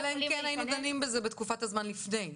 אלא אם כן היינו דנים בזה בתקופת הזמן לפני,